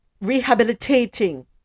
rehabilitating